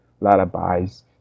lullabies